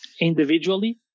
individually